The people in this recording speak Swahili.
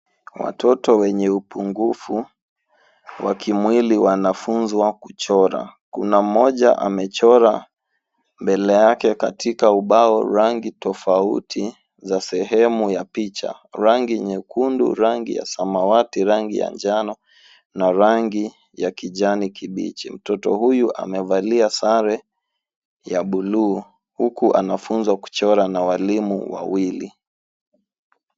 Watoto wenye upungufu wa kimwili wanafunzwa kuchora. Kuna mmoja amechora mbele yake katika ubao rangi tofauti za sehemu ya picha. Rangi nyekundu, rangi ya samawati, rangi ya njano na rangi ya kijani kibichi. Mtoto huyu amevalia sare ya buluu huku anafunzwa kuchora na walimu wawili.